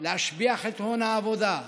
להשביח את הון העבודה,